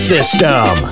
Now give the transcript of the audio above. System